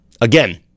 Again